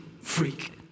freak